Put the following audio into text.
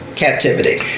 captivity